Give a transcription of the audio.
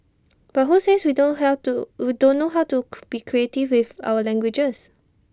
but who says we don't held to we don't know how to be creative with our languages